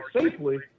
safely